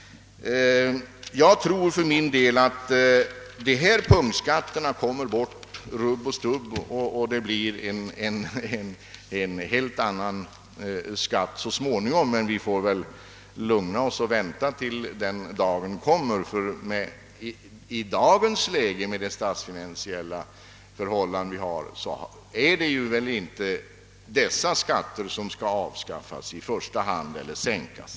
Jag tror för min del att punktskatterna kommer att rubb och stubb borttagas och att det blir ett helt annat skattesystem så småningom. Men vi får väl lugna oss och vänta till dess den dagen kommer. I nuvarande statsfinansiella läge är det inte dessa skatter som i första hand bör avskaffas eller sänkas.